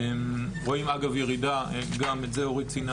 רואים אגב ירידה גם את אורית ציינה,